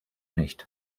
nicht